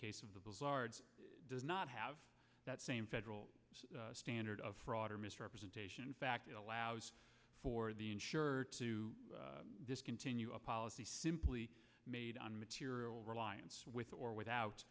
case of the does not have that same federal standard of fraud or misrepresentation fact that allows for the insurer to discontinue a policy simply made on material reliance with or without